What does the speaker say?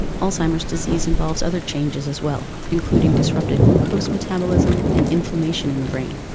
alzheimer's disease involves other changes as well, including disrupted glucose metabolism and inflammation in the brain.